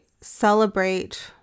celebrate